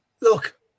look